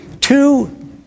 two